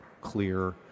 clear